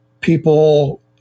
people